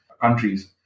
countries